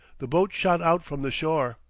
the boat shot out from the shore.